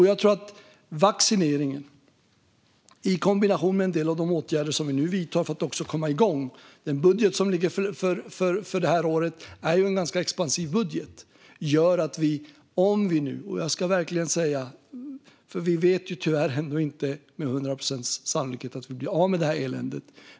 Jag tror på vaccineringen i kombination med en del av de åtgärder som vi nu vidtar för att komma igång - den budget som ligger för det här året är ganska expansiv. Vi vet tyvärr inte med 100 procents säkerhet att vi blir av med eländet.